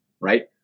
right